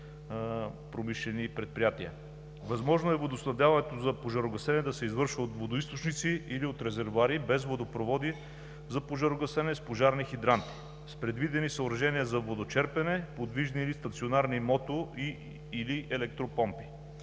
Възможно е водоснабдяването за пожарогасене да се извършва от водоизточници или от резервоари без водопроводи за пожарогасене с пожарни хидранти с предвидени съоръжения за водочерпене, подвижни и стационарни мото- и/или електропомпи,